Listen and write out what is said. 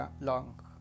long